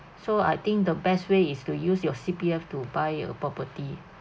so I think the best way is to use your C_P_F to buy a property